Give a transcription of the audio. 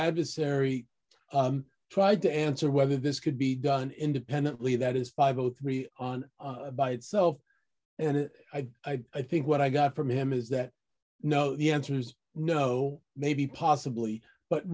adversary tried to answer whether this could be done independently that is five o three on by itself and i i think what i got from him is that no the answer's no maybe possibly but